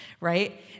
Right